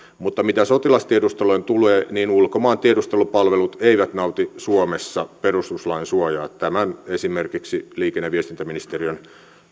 mutta mitä sotilastiedusteluun tulee ulkomaan tiedustelupalvelut eivät nauti suomessa perustuslain suojaa tämän esimerkiksi liikenne ja viestintäministeriön